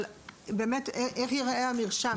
אבל איך באמת ייראה המרשם?